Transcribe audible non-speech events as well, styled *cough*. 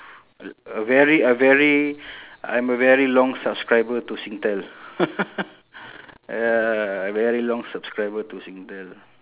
a a very a very I'm a very long subscriber to singtel *laughs* uh very long subscriber to singtel